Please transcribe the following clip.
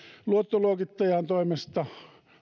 luottoluokittajan toimesta